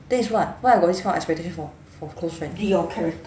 then is what why I got this kind of expectation for for close friend